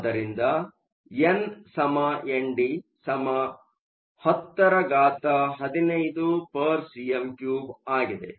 ಆದ್ದರಿಂದ nND 1015 cm 3 ಆಗಿದೆ